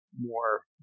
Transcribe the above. more